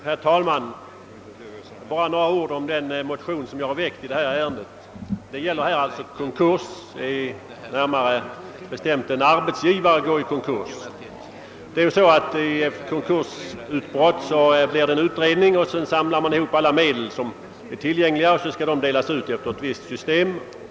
Herr talman! Bara några ord om den motion som jag har väckt i detta ärende! Det gäller det fall att en arbetsgivare går i konkurs. Vid en konkurs blir det utredning, och så samlar man ihop alla medel som är tillgängliga och delar ut dem efter ett visst system.